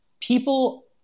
people